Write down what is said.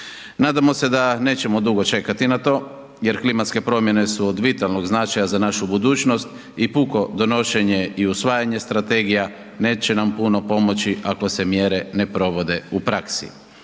Nadamo se da nećemo dugo čekati na to jer klimatske promjene su od vitalnog značaja za našu budućnost i puko donošenje i usvajanje strategija neće nam puno pomoći ako se mjere ne provode u praksi.